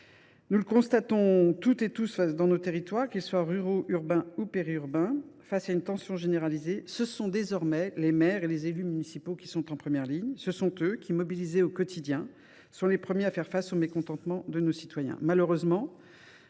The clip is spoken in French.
Nous le constatons toutes et tous dans nos territoires, qu’ils soient ruraux, urbains ou périurbains : face à une tension généralisée, ce sont désormais les maires et les élus municipaux qui sont en première ligne. Mobilisés au quotidien, ils sont les premiers à faire face au mécontentement de nos concitoyens.